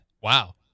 Wow